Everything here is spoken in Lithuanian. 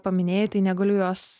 paminėjai tai negaliu jos